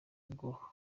ngo